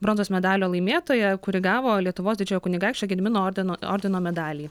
bronzos medalio laimėtoja kuri gavo lietuvos didžiojo kunigaikščio gedimino ordino ordino medalį